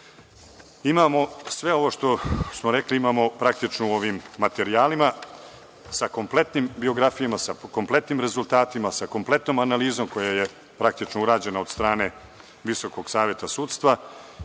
najbolji. Sve ovo što smo rekli imamo u ovim materijalima, sa kompletnim biografijama, sa kompletnim rezultatima, sa kompletnom analizom koja je urađena od strane Visokog saveta sudstva,